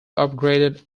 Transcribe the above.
upgraded